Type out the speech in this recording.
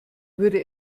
würde